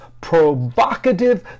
provocative